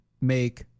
make